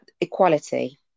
equality